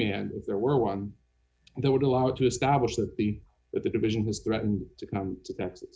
if there were one they would allow to establish that the that the division has threatened to come to texas